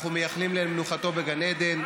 אנחנו מייחלים למנוחתו בגן עדן,